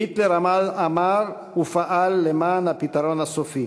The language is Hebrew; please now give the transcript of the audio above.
היטלר אמר ופעל למען 'הפתרון הסופי'